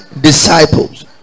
disciples